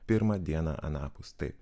pirmą dieną anapus taip